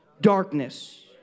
darkness